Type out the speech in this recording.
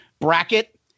bracket